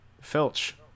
Filch